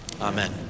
Amen